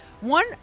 One